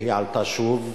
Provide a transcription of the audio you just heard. היא עלתה שוב,